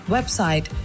Website